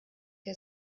der